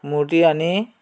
মূৰ্তি আনি